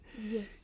Yes